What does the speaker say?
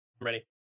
ready